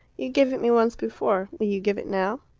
you gave it me once before. will you give it now?